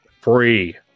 free